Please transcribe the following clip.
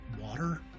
water